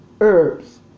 herbs